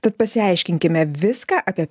tad pasiaiškinkime viską apie